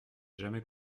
jamais